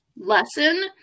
lesson